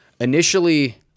initially